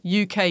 UK